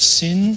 sin